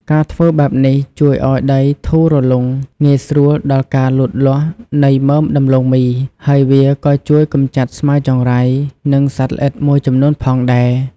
ការធ្វើបែបនេះជួយឱ្យដីធូររលុង ងាយស្រួលដល់ការលូតលាស់នៃមើមដំឡូងមី ហើយវាក៏ជួយកម្ចាត់ស្មៅចង្រៃ និងសត្វល្អិតមួយចំនួនផងដែរ។